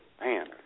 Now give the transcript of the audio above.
Man